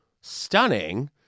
stunning